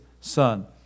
Son